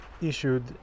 issued